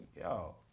yo